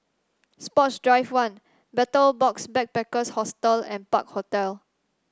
Sports Drive One Betel Box Backpackers Hostel and Park Hotel